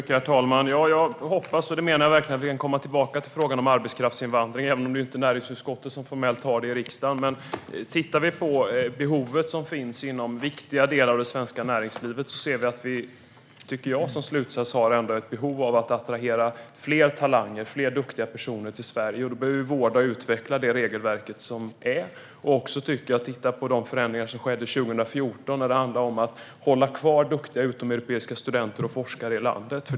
Herr talman! Jag hoppas - och det menar jag verkligen - att vi kan komma tillbaka till frågan om arbetskraftsinvandring, även om det inte är näringsutskottet som formellt har hand om detta i riksdagen. Om vi tittar på behoven som finns inom viktiga delar av det svenska näringslivet ser vi att det finns ett behov av att attrahera fler talanger och fler duktiga personer till Sverige. Då behöver vi vårda och utveckla det regelverk som finns. Jag tycker också att vi bör titta på de förändringar som skedde 2014 i fråga om att hålla kvar duktiga utomeuropeiska studenter och forskare i landet.